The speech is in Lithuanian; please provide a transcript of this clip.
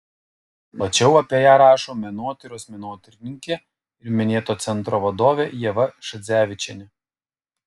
plačiau apie ją rašo menotyros menotyrininkė ir minėto centro vadovė ieva šadzevičienė